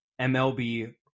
MLB